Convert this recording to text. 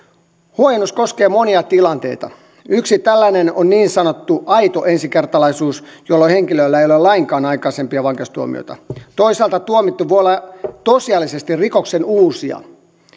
huojennus koskee monia tilanteita yksi tällainen on niin sanottu aito ensikertalaisuus jolloin henkilöllä ei ole lainkaan aikaisempia vankeustuomioita toisaalta tuomittu voi olla tosiasiallisesti rikoksen uusija